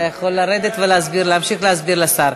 אתה יכול לרדת ולהמשיך להסביר לשר.